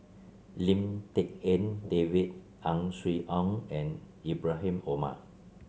Lim Tik En David Ang Swee Aun and Ibrahim Omar